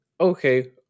okay